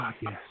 yes